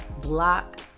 block